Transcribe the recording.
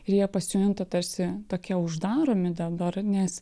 ir jie pasijunta tarsi tokie uždaromi dabar nes